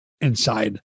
inside